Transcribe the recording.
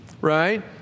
right